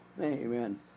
Amen